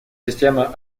система